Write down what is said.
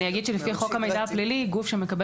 אני אגיד שלפי חוק המידע הפלילי גוף שמקבל